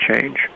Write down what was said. change